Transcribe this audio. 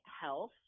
health